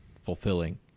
fulfilling